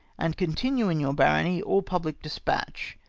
and continue in your barony all public despatch,